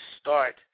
start